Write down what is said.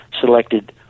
selected